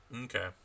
okay